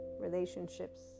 relationships